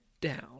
down